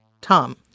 Tom